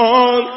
on